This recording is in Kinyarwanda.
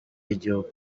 y’igihugu